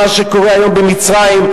מה שקורה היום במצרים,